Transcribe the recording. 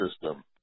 system